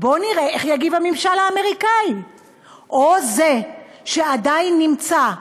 בוא נראה איך יגיב הממשל האמריקני או זה שעדיין נמצא,